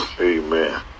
amen